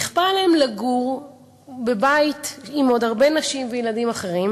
נכפה עליהם לגור בבית עם עוד הרבה נשים וילדים אחרים,